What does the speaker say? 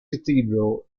cathedral